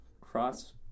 Cross